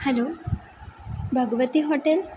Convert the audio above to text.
hello Bhagwati hotel